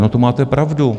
No, to máte pravdu.